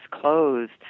closed